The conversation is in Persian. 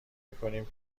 میکنیم